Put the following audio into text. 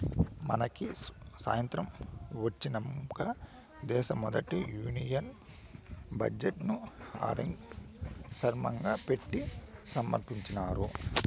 మనకి సాతంత్రం ఒచ్చినంక దేశ మొదటి యూనియన్ బడ్జెట్ ను ఆర్కే షన్మగం పెట్టి సమర్పించినారు